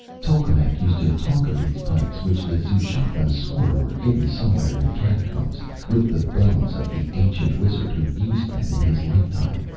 tolkemec used to talk of these pipes, which the xuchotlans swore were hidden somewhere in the catacombs with the bones of the ancient wizard who used them in his lifetime.